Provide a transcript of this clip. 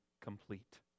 complete